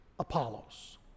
Apollos